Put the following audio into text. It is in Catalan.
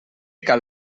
cal